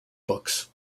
books